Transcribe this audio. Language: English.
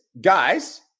guys